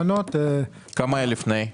כמה היה לפני?